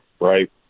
right